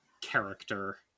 character